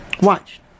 Watch